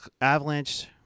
Avalanche